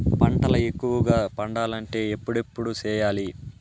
పంటల ఎక్కువగా పండాలంటే ఎప్పుడెప్పుడు సేయాలి?